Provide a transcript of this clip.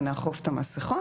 ונאכוף את המסכות